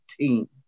team